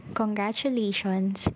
congratulations